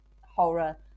horror